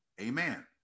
amen